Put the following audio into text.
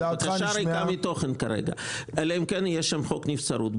כרגע זאת בקשה ריקה מתוכן אלא אם כן יש שם חוק נבצרות.